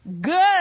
Good